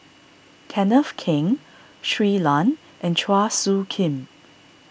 Kenneth Keng Shui Lan and Chua Soo Khim